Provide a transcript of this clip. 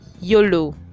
yolo